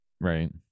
Right